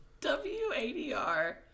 WADR